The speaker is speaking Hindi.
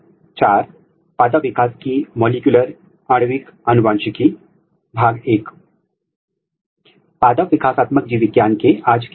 हमने अभिव्यक्ति पैटर्न विशेष रूप से ग्लोबल विश्लेषण या अभिव्यक्ति पैटर्न के विश्लेषण का अध्ययन किया है जहां डिफरेंशियल एक्सप्रेशन जीन पहले से ही पहचाने गए हैं